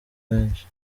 benshi